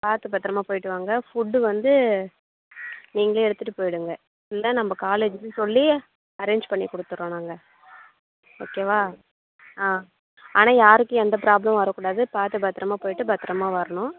பார்த்து பத்தரமாக போய்விட்டு வாங்க ஃபுட்டு வந்து நீங்கள் எடுத்துட்டு போய்விடுங்க இல்லை நம்ப காலேஜ்க்கு சொல்லி அரேஞ் பண்ணி கொடுத்துறோம் நாங்கள் ஓகே வா ஆ ஆனால் யாருக்கும் எந்த ப்ராப்ளமும் வரக்கூடாது பார்த்து பத்தரமாக போய்விட்டு பத்தரமாக வரணும்